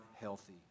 healthy